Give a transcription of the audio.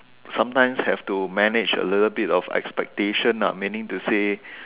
sometimes have to manage a little bit of expectations ah meaning to say